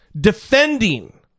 defending